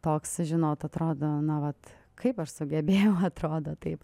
toks žinot atrodo na vat kaip aš sugebėjau atrodo taip